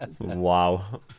Wow